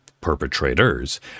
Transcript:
perpetrators